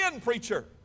preacher